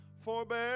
forbear